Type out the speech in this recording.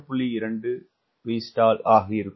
2 Vstall ஆகயிருக்கும்